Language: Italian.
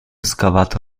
scavato